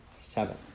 Seven